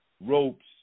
ropes